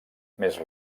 més